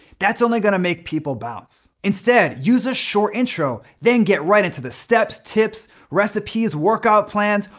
that's only gonna make people bounce. instead, use a short intro, then get right into the steps, tips, recipes, workout plans,